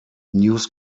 news